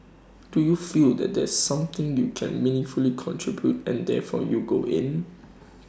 do you feel that there's something you can meaningfully contribute and therefore you go in